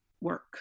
work